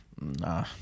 Nah